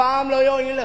הפעם לא יועיל לך.